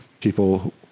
people